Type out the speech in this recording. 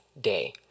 day